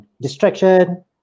distraction